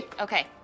Okay